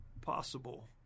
possible